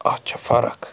اَتھ چھےٚ فرق